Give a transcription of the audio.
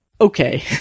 okay